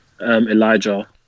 Elijah